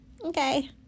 okay